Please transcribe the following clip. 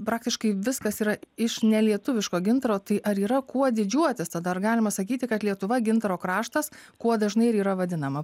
praktiškai viskas yra iš nelietuviško gintaro tai ar yra kuo didžiuotis tada ar galima sakyti kad lietuva gintaro kraštas kuo dažnai ir yra vadinama